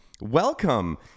Welcome